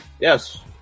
yes